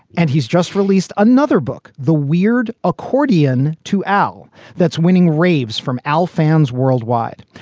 and he's just released another book, the weird accordian to al that's winning raves from al fans worldwide.